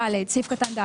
(ב) על אף האמור בסעיף קטן (א),